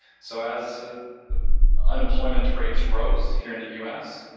so as ah the unemployment rates rose here in the us,